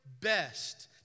best